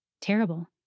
Terrible